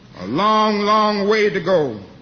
a long, long way to go